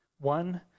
One